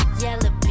Yellow